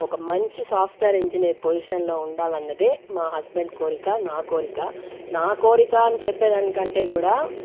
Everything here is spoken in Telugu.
ఒక మంచి సాఫ్ట్వేర్ ఇంజనీర్ గా పొజిషన్ లో ఉండాలన్నదే మా హస్బెండ్ కోరిక నా కోరిక నా కోరిక అని చెప్పేదానికంటే కూడా